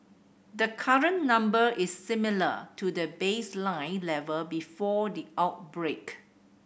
the current number is similar to the baseline level before the outbreak